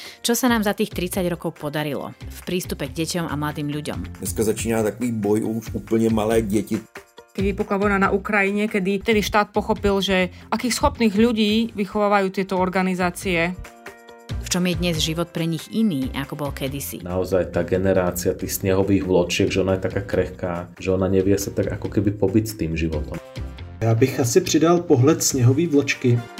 Čo sa nám za tých 30 rokov podarilo v prístupe k deťom a mladým ľuďom? Dneska začíná takový boj už úplne malé deti. Keď vypukla vojna na Ukrajine, kedy tedy štát pochopil, že akých schopných ľudí vychovávajú tieto organizácie. V čom je dnes život pre nich iný, ako bol kedysi? Naozaj tá generácia tých snehových vločiek, že ona je taká krehká, že ona nevie sa tak ako keby pobyť s tým životom. Ja bych asi přidal pohled snehový vločky.